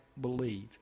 believe